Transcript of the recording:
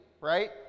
right